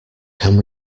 can